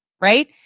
Right